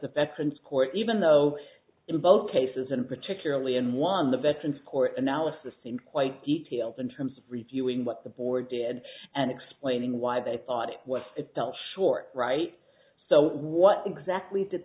the veterans court even though in both cases and particularly in one the veterans court analysis seem quite detailed in terms of reviewing what the board did and explaining why they thought what it does short right so what exactly did